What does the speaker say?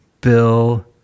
Bill